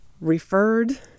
referred